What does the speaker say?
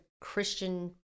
Christian